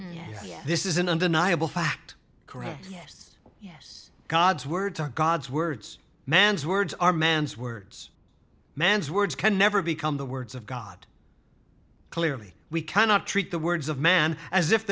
yet this is an undeniable fact correct yes yes god's word to god's words man's words are man's words man's words can never become the words of god clearly we cannot treat the words of man as if